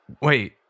wait